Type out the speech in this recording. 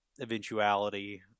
eventuality